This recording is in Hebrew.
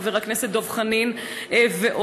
חבר הכנסת דב חנין ועוד.